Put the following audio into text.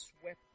swept